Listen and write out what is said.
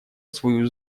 свою